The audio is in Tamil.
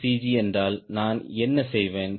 G என்றால் நான் என்ன செய்வேன் C